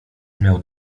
miał